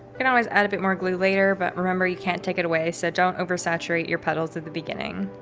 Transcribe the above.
can always add a bit more glue later, but remember you can't take it away. so don't, oversaturate your petals at the beginning.